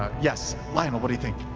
ah yes, lionel, what do you think?